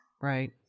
Right